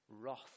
wrath